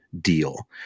deal